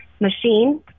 machine